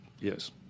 yes